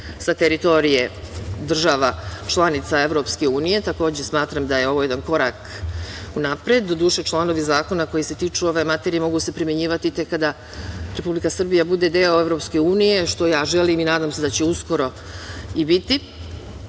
sa teritorije država članica Evropske unije, takođe, smatram da je ovo jedan korak napred, doduše, članovi zakona koji se tiču ove materije mogu se primenjivati tek kada Republika Srbija bude deo Evropske unije, što ja želim i nadam se da će uskoro i biti,